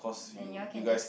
then you all can just